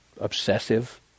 obsessive